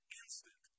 instant